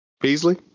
Beasley